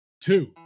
two